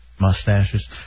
Mustaches